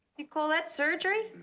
you call that surgery?